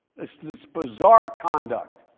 this, this bizarre conduct.